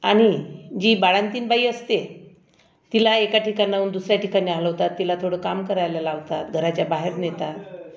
आणि जी बाळंतीण बाई असते तिला एका ठिकाणाहून दुसऱ्या ठिकाण्यावर हलवतात तिला थोडं काम करायला लावतात घराच्या बाहेर नेतात